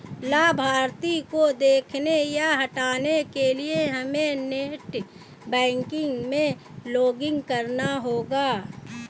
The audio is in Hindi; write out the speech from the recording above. लाभार्थी को देखने या हटाने के लिए हमे नेट बैंकिंग में लॉगिन करना होगा